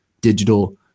digital